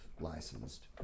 licensed